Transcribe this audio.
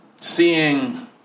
seeing